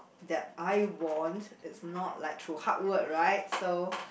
that I won is not like through hard work right so